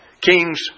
Kings